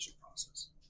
process